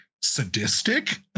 sadistic